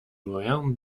loin